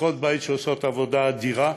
עקרות בית, שעושות עבודה אדירה,